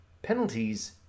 Penalties